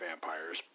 vampires